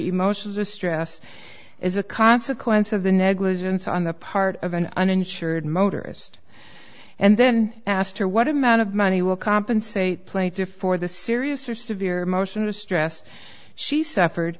emotional distress is a consequence of the negligence on the part of an uninsured motorist and then asked her what amount of money will compensate plaintiffs for the serious or severe emotional stress she suffered